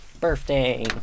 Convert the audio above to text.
birthday